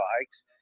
bikes